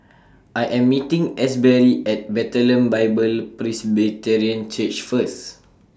I Am meeting Asberry At Bethlehem Bible Presbyterian Church First